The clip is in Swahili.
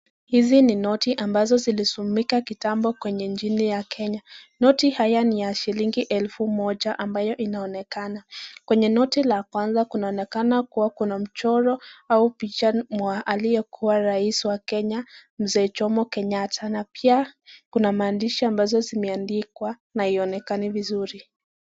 Hizi ni noti ambazo zilitumika kitambo kwenye nchi ya Kenya. Noti haya ni ya shillingi elfu moja ambayo inaonekana. Kwenye noti la kwanza kunaonekana kuwa kuna mchoro au picha mwa aliyekuwa rais wa Kenya Mzee Jomo Kenyatta na pia kuna mahandishi ambazo zimeandikwa na haionekani vizuri.